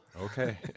Okay